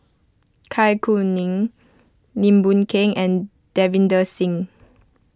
Kai Kuning Lim Boon Keng and Davinder Singh